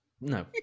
No